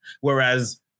whereas